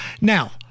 Now